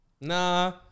Nah